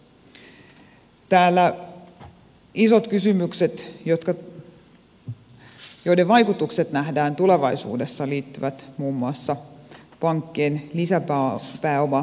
täällä isot kysymykset joiden vaikutukset nähdään tulevaisuudessa liittyvät muun muassa pankkien lisäpääomavaatimuksiin